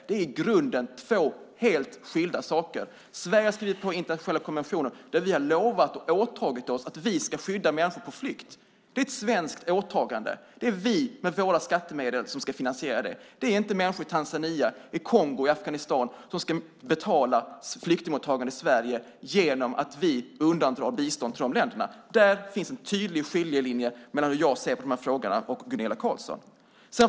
Det är i grunden två helt skilda saker. Sverige har skrivit på internationella konventioner där vi har lovat och åtagit oss att vi ska skydda människor på flykt. Det är ett svenskt åtagande. Det är vi med våra skattemedel som ska finansiera det. Det är inte människor i Tanzania, i Kongo eller i Afghanistan som ska betala flyktingmottagandet i Sverige genom att vi undandrar de länderna bistånd. Där finns en tydlig skiljelinje mellan hur jag ser på de här frågorna och hur Gunilla Carlsson ser på dem.